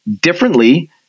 differently